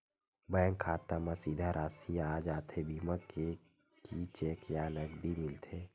Bank खाता मा सीधा राशि आ जाथे बीमा के कि चेक या नकदी मिलथे?